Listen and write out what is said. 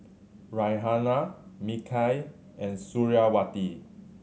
Raihana Mikhail and Suriawati